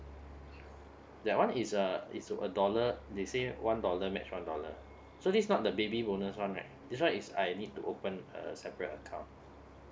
that one is a is uh dollar they say one dollar match one dollar so this not the baby bonus one right this one is I need to open a separate account